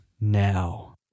now